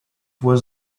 was